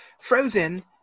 Frozen